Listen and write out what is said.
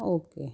okay